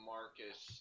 Marcus